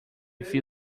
few